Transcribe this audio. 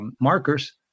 markers